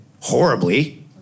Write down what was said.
horribly